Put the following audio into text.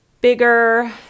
bigger